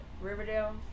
Riverdale